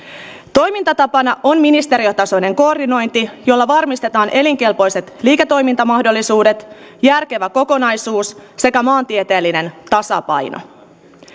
toimintatapana on ministeriötasoinen koordinointi jolla varmistetaan elinkelpoiset liiketoimintamahdollisuudet järkevä kokonaisuus sekä maantieteellinen tasapaino